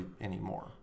anymore